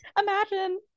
imagine